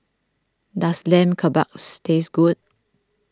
does Lamb Kebabs taste good